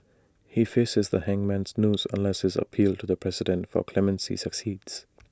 he faces the hangman's noose unless his appeal to the president for clemency succeeds